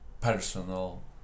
personal